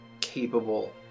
capable